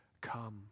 come